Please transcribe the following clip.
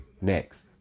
Next